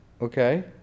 Okay